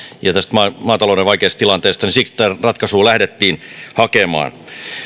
ja maatalouden vaikeasta tilanteesta ja siksi tätä ratkaisua lähdettiin hakemaan